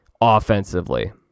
offensively